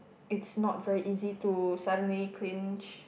it's not very easy to suddenly clinch